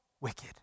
wicked